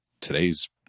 today's